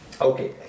Okay